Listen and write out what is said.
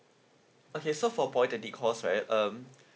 okay so for polytechnic course right um